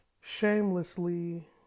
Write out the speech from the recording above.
shamelessly